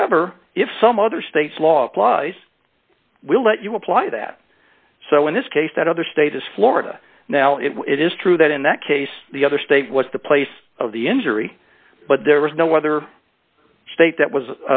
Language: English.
however if some other state's law applies we'll let you apply that so in this case that other state is florida now if it is true that in that case the other state was the place of the injury but there was no other state that was